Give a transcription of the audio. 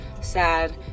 sad